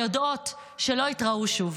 ויודעות שלא יתראו שוב.